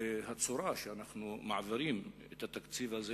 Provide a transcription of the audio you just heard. והצורה שאנחנו מעבירים את התקציב הזה,